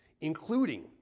including